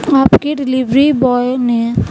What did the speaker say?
آپ کے delivery boy نے